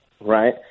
Right